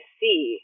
see